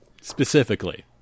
Specifically